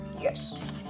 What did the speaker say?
Yes